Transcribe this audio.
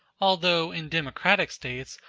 although, in democratic states,